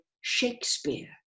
Shakespeare